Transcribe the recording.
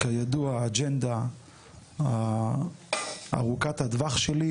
כידוע, האג'נדה ארוכת הטווח שלי,